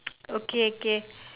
okay okay